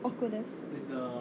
awkwardness